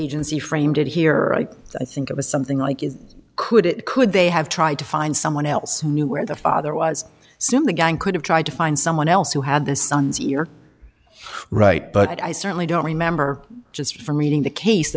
agency framed it here i think it was something like it could it could they have tried to find someone else who knew where the father was soon the gang could have tried to find someone else who had the son's you're right but i certainly don't remember just from reading the case